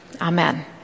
Amen